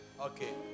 Okay